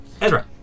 Ezra